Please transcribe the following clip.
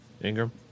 Ingram